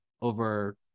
over